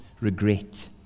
regret